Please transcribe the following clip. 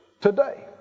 today